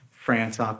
France